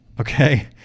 Okay